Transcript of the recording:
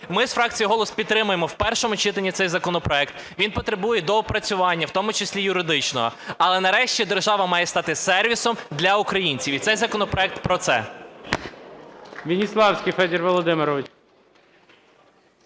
Ми з фракцією "Голос" підтримуємо в першому читанні цей законопроект. Він потребує доопрацювання, в тому числі юридичного. Але нарешті держава має стати сервісом для українців і цей законопроект про це.